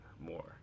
more